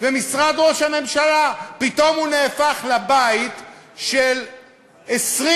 משרד ראש הממשלה פתאום הופך לבית של 20